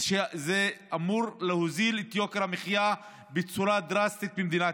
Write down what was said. הן אמורות להוריד את יוקר המחיה במדינת ישראל בצורה דרסטית.